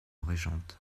régente